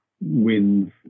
wins